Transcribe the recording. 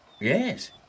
Yes